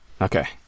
Okay